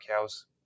cows